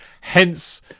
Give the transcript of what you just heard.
hence